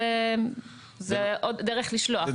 זאת עוד דרך לשלוח ולא תחליף.